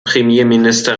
premierminister